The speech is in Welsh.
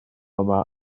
yma